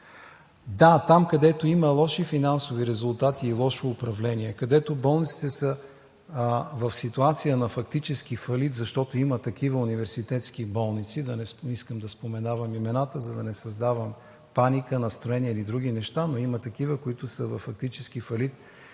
Да, там, където има лоши финансови резултати и лошо управление, където болниците са в ситуация на фактически фалит, защото има такива университетски болници – не искам да споменавам имената, за да не създавам паника, настроение или други неща, но има такива, които са във фактически фалит